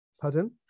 Pardon